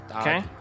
Okay